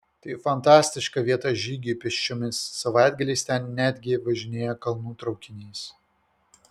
tai fantastiška vieta žygiui pėsčiomis savaitgaliais ten netgi važinėja kalnų traukinys